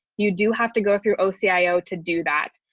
you do have to go through, oh, cio to do that.